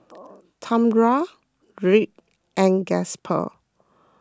Tamra Rick and Gasper